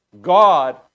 God